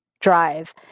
Drive